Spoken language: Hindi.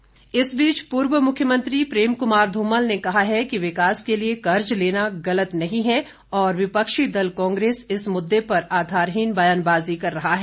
धुमल पूर्व मुख्यमंत्री प्रेम कुमार धूमल ने कहा है कि विकास के लिए कर्ज लेना गलत नहीं है और विपक्षी दल कांग्रेस इस मुददे पर आधारहीन बयानबाजी कर रहा है